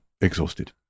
exhausted